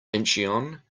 incheon